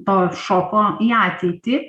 to šoko į ateitį